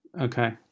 Okay